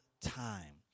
time